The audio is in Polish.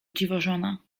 dziwożona